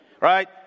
right